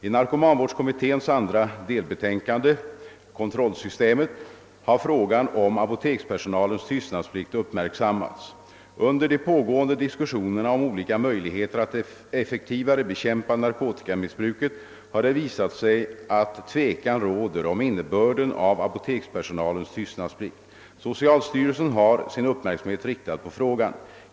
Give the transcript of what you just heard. I narkomanvårdskommitténs andra delbetänkande, Kontrollsystemet , har frågan om apotekspersonalens tystnadsplikt uppmärksammats. Under de pågående diskussionerna om olika möjligheter att effektivare bekämpa narkotikamissbruket har det visat sig att tvekan råder om innebörden av apotekspersonalens tystnadsplikt. Socialstyrelsen har sin uppmärksamhet riktad på frågan.